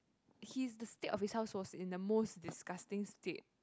his the state of his house was in the most disgusting state